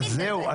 אז זהו.